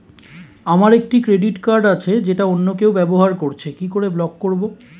আমার একটি credit card আছে যেটা অন্য কেউ ব্যবহার করছে কি করে ব্লক করবো?